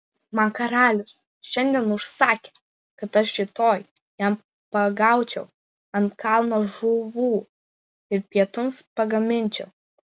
man karalius šiandien užsakė kad aš rytoj jam pagaučiau ant kalno žuvų ir pietums pagaminčiau